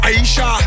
Aisha